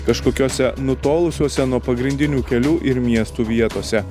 kažkokiose nutolusiose nuo pagrindinių kelių ir miestų vietose